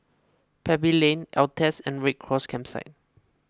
Pebble Lane Altez and Red Cross Campsite